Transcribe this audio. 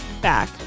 back